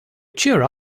cheer